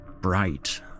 bright